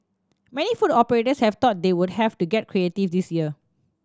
many food operators had thought they would have to get creative this year